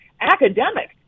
academic